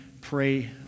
pray